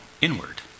inward